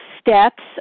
steps